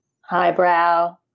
highbrow